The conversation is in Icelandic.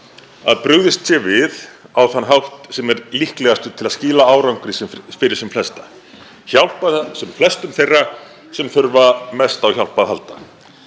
að brugðist sé við á þann hátt sem er líklegastur til að skila árangri fyrir sem flesta, hjálpa sem flestum þeirra sem þurfa mest á hjálp að halda,